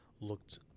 looked